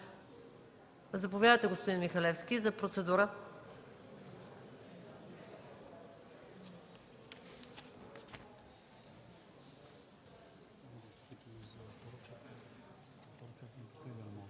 Заповядайте, господин Михалевски, за процедура.